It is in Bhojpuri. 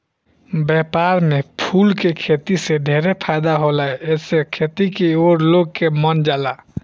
व्यापार में फूल के खेती से ढेरे फायदा होला एसे खेती की ओर लोग के मन जाला